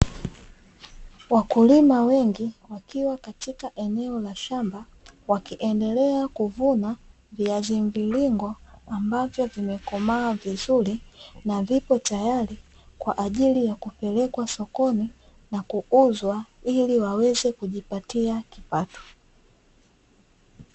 Wakulima wengi wakiwa katika eneo la shamba, wakiendelea kuvuna viazi mviringo, ambavyo vimekomaa vizuri na viko tayari kwa ajili ya kupelekwa sokoni na kuuzwa ili waweze kujipatia kipato.